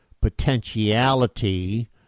potentiality